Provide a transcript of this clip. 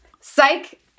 Psych